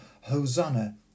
Hosanna